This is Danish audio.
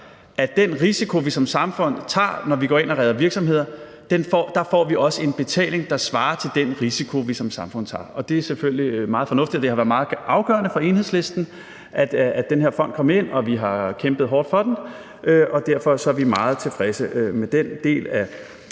til den risiko, vi som samfund tager, når vi går ind og redder virksomheder, også får en betaling, der svarer til den risiko, vi som samfund tager. Det er selvfølgelig meget fornuftigt, og det har været meget afgørende for Enhedslisten, at den her fond kom ind i aftalen, og vi har kæmpet hårdt for den. Derfor er vi meget tilfredse med den del af